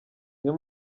niyo